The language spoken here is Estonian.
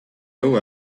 õue